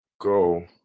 go